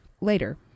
Later